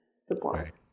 support